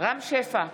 רם שפע,